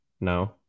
no